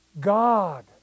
God